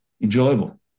enjoyable